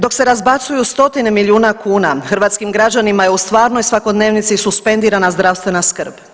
Dok se razbacuju stotine milijuna kuna hrvatskim građanima je u stvarnoj svakodnevnici suspendirana zdravstvena skrb.